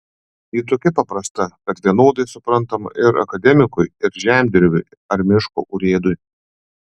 ji tokia paprasta kad vienodai suprantama ir akademikui ir žemdirbiui ar miško urėdui